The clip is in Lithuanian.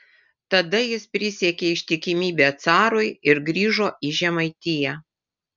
tada jis prisiekė ištikimybę carui ir grįžo į žemaitiją